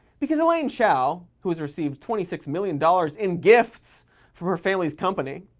because elaine chao, who has received twenty six million dollars in gifts from her family's company,